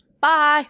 Bye